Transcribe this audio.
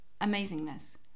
amazingness